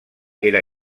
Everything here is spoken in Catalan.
era